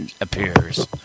appears